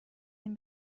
این